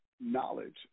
knowledge